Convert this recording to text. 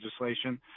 legislation